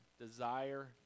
Desire